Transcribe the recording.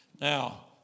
Now